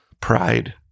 pride